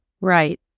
Right